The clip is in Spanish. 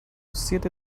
siete